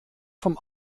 vom